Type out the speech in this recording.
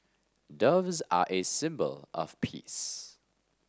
doves are a symbol of peace